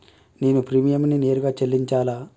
నేను ప్రీమియంని నేరుగా చెల్లించాలా?